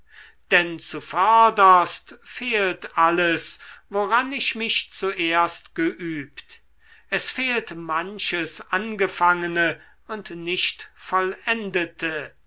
denn zuvörderst fehlt alles woran ich mich zuerst geübt es fehlt manches angefangene und nicht vollendete